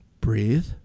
breathe